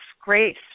grace